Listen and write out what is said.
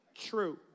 true